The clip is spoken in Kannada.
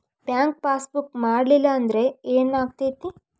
ಬ್ಯಾಂಕ್ ಪಾಸ್ ಬುಕ್ ಮಾಡಲಿಲ್ಲ ಅಂದ್ರೆ ಏನ್ ಆಗ್ತೈತಿ?